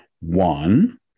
One